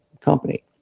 company